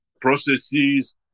processes